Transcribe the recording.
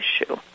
issue